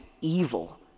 evil